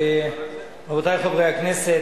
רבותי חברי הכנסת,